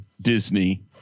Disney